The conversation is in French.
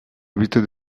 habitants